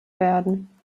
werden